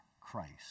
Christ